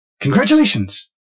congratulations